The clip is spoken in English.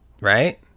Right